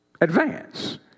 advance